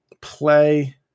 play